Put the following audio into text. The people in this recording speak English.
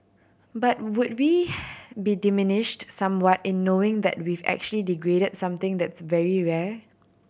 but would we be diminished somewhat in knowing that we've actually degraded something that's very rare